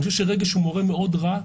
אני חושב שרגש הוא מורה מאוד רע,